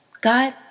God